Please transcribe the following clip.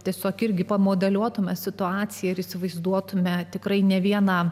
tiesiog irgi pamodeliuotumėme situaciją ir įsivaizduotumėme tikrai ne vieną